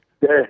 Yes